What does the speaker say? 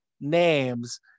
names